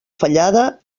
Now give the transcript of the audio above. fallada